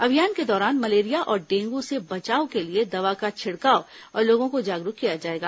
अभियान के दौरान मलेरिया और डेंगू से बचाव के लिए दवा का छिड़काव और लोगों को जागरूक किया जाएगा